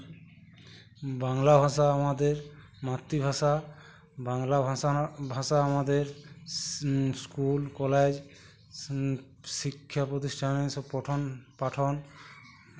বাংলা ভাষা আমাদের মাতৃভাষা বাংলা ভাষা আমরা ভাষা আমাদের স্কুল কলেজ শিক্ষা প্রতিষ্ঠানে এই সব পঠন পাঠন